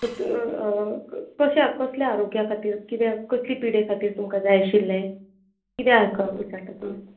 कत क कशें कसल्या आरोग्या खातीर कितें कसली पिडे खातीर तुमकां जाय आशिल्लें कितें आं का विचारता तुमकां